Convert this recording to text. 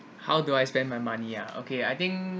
how do I spend my money ah okay I think